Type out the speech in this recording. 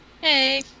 Hey